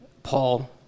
Paul